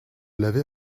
l’avez